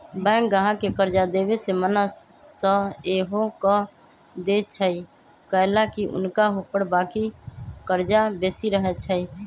bank गाहक के कर्जा देबऐ से मना सएहो कऽ देएय छइ कएलाकि हुनका ऊपर बाकी कर्जा बेशी रहै छइ